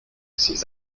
ces